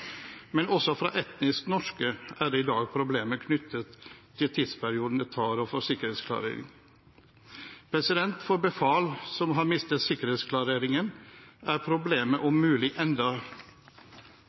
Men også for etnisk norske er det i dag problemer knyttet til tiden det tar å få sikkerhetsklarering. For befal som har mistet sikkerhetsklareringen, er problemet om mulig enda